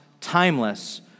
timeless